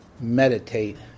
meditate